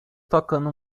tocando